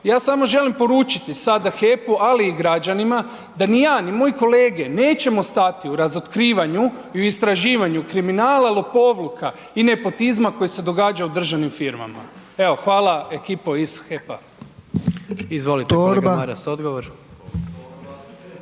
ja samo želim poručiti sada HEP-u, ali i građani da ni ja, ni moji kolege nećemo stati u razotkrivanju i u istraživanju kriminala, lopovluka i nepotizma koji se događa u državnim firmama. Evo, hvala ekipo iz HEP-a.